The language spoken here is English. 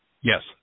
Yes